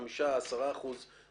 חמישה אחוזים או עשרה אחוזים,